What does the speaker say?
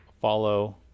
follow